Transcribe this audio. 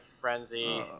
frenzy